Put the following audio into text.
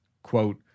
quote